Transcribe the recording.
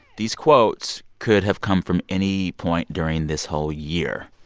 these quotes could have come from any point during this whole year.